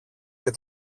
και